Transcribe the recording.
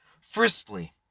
Firstly